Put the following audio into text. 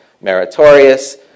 meritorious